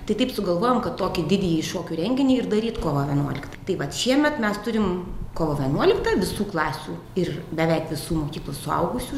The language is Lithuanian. tai taip sugalvojom kad tokį didįjį šokių renginį ir daryt kovo vienuoliktą tai vat šiemet mes turim kovo vienuoliktą visų klasių ir beveik visų mokyklos suaugusių